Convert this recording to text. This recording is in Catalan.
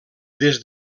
des